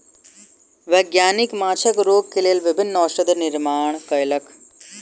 वैज्ञानिक माँछक रोग के लेल विभिन्न औषधि निर्माण कयलक